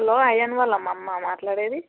hello Ayan వాళ్ళ అమ్మ మాట్లాడేది